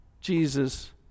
Jesus